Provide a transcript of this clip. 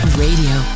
radio